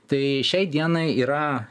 tai šiai dienai yra